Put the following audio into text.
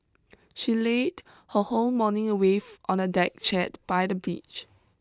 she laid her whole morning away on a deck chair by the beach